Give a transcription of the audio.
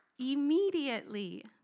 Immediately